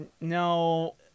No